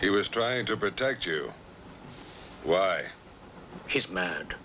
he was trying to protect you well she's mad